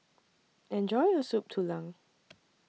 Enjoy your Soup Tulang